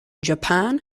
japan